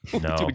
No